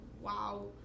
wow